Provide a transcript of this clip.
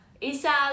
isa